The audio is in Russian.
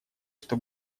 что